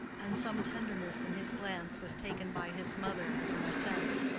and some tenderness in his glance was taken by his mother as an assent.